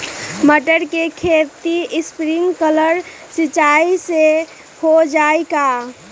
मटर के खेती स्प्रिंकलर सिंचाई से हो जाई का?